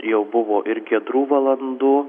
jau buvo ir giedrų valandų